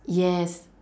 yes